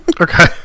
okay